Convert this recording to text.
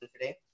today